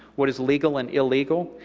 what is legal and illegal,